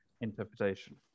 interpretation